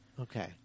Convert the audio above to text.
Okay